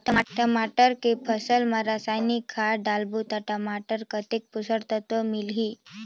टमाटर के फसल मा रसायनिक खाद डालबो ता टमाटर कतेक पोषक तत्व मिलही?